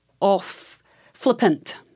off-flippant